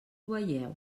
veieu